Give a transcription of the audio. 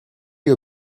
you